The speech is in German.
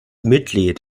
mitglied